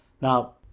Now